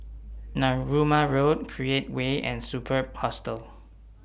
Narooma Road Create Way and Superb Hostel